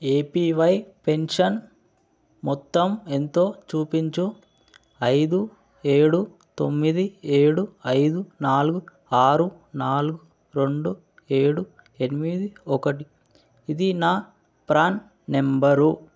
APY pension మొత్తం ఎంతో చూపించు ఐదు ఏడు తొమ్మిది ఏడు ఐదు నాలుగు ఆరు నాలుగు రెండు ఏడు ఎనిమిది ఒకటి ఇది నా ప్రాన్ నంబరు